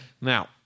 Now